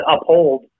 uphold